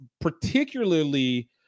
particularly